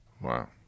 Wow